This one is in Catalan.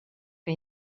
que